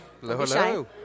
Hello